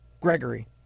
Gregory